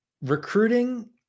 recruiting